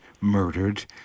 murdered